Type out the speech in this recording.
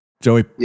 Joey